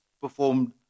performed